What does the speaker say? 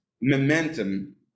momentum